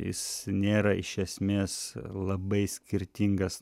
jis nėra iš esmės labai skirtingas